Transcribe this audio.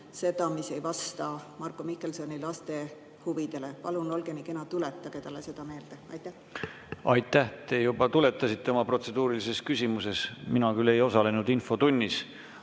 mis ei vasta Marko Mihkelsoni laste huvidele. Palun olge nii kena, tuletage talle seda meelde. Aitäh! Te juba tuletasite oma protseduurilises küsimuses. Mina küll ei osalenud infotunnis,